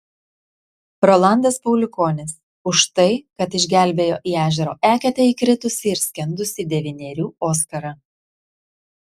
rolandas pauliukonis už tai kad išgelbėjo į ežero eketę įkritusį ir skendusį devynerių oskarą